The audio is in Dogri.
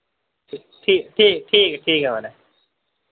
ठीक ठीक ठीक ऐ ठीक ऐ माराज